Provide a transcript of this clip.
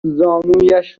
زانویش